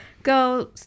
Go